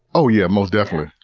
oh yeah most definitely.